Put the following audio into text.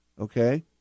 Okay